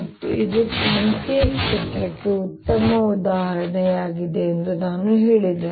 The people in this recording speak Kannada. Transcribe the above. ಮತ್ತು ಇದು ಕಾಂತೀಯ ಕ್ಷೇತ್ರಕ್ಕೆ ಉತ್ತಮ ಉದಾಹರಣೆಯಾಗಿದೆ ಎಂದು ನಾನು ಹೇಳಿದೆ